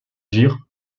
dire